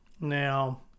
Now